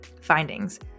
Findings